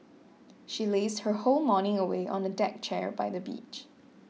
she lazed her whole morning away on the deck chair by the beach